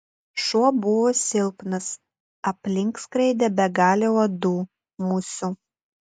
šuo buvo silpnas aplink skraidė begalė uodų musių